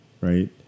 right